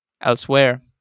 elsewhere